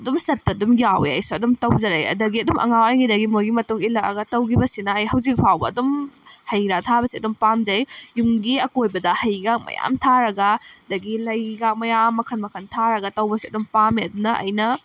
ꯑꯗꯨꯝ ꯆꯠꯄ ꯑꯗꯨꯝ ꯌꯥꯎꯋꯦ ꯑꯩꯁꯨ ꯑꯗꯨꯝ ꯇꯧꯖꯔꯛꯏ ꯑꯗꯒꯤ ꯑꯗꯨꯝ ꯑꯉꯥꯡ ꯑꯣꯏꯔꯤꯉꯩꯗꯒꯤ ꯃꯣꯏꯒꯤ ꯃꯇꯨꯡ ꯏꯜꯂꯛꯂꯒ ꯇꯧꯈꯤꯕꯁꯤꯅ ꯑꯩ ꯍꯧꯖꯤꯛ ꯐꯥꯎꯕ ꯑꯗꯨꯝ ꯍꯩꯔꯥ ꯊꯥꯕꯁꯤ ꯑꯗꯨꯝ ꯄꯥꯝꯖꯩ ꯌꯨꯝꯒꯤ ꯑꯀꯣꯏꯕꯗ ꯍꯩꯒ ꯃꯌꯥꯝ ꯊꯥꯔꯒ ꯑꯗꯒꯤ ꯂꯩꯒ ꯃꯌꯥꯝ ꯃꯈꯜ ꯃꯈꯜ ꯊꯥꯔꯒ ꯇꯧꯕꯁꯦ ꯑꯗꯨꯝ ꯄꯥꯝꯃꯦ ꯑꯗꯨꯅ ꯑꯩꯅ